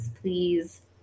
please